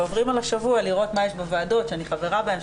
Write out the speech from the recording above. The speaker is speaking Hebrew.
ועוברים על השבוע לראות מה יש בוועדות שאני חברה בהן,